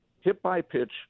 hit-by-pitch